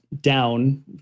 down